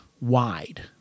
wide